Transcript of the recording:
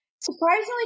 surprisingly